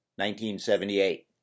1978